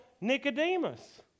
Nicodemus